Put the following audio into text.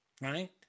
Right